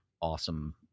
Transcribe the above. awesome